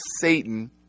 Satan